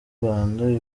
rwanda